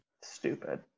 stupid